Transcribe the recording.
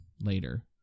later